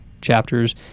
chapters